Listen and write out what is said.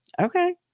Okay